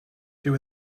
dyw